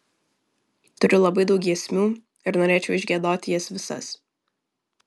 turiu labai daug giesmių ir norėčiau išgiedoti jas visas